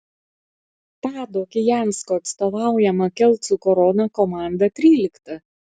tado kijansko atstovaujama kelcų korona komanda trylikta